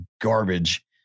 garbage